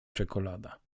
czekolada